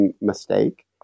mistake